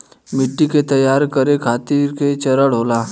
मिट्टी के तैयार करें खातिर के चरण होला?